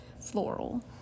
floral